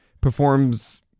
performs